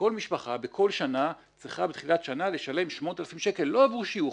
כל משפחה בכל שנה צריכה בתחילת שנה לשלם 8,000 שקל לא עבור שיוך,